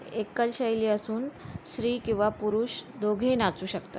एकल शैली असून स्त्री किंवा पुरुष दोघे नाचू शकतात